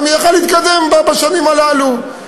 גם יכול היה להתקדם בשנים הללו.